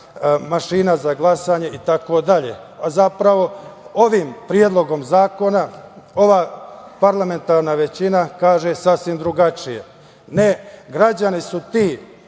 mašina za glasanje itd. Zapravo, ovim Predlogom zakona ova parlamentarna većina kaže sasvim drugačije, građani su ti